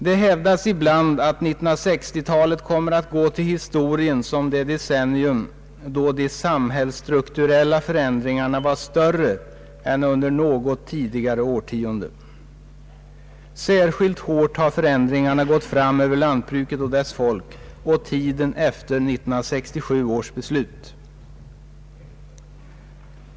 Det hävdas ibland att 1960-talet kommer att gå till historien som det decennium då de sambhällsstrukturella förändringarna var större än under något tidigare årtionde. Särskilt hårt har förändringarna gått fram över lantbruket och dess folk under tiden efter 1967 års beslut.